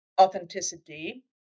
authenticity